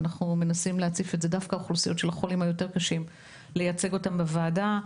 ואנחנו מנסים להציף את זה ולייצג אותם בוועדה.